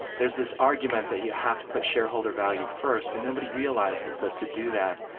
there's this argument that you have to put shareholder value first, and nobody realizes that to do that,